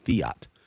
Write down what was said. fiat